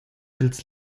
pils